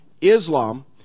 Islam